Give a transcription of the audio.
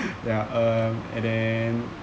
ya um and then